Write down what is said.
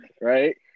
Right